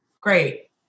great